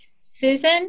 Susan